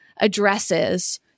addresses